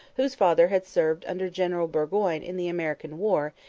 whose father had served under general burgoyne in the american war,